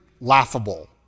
laughable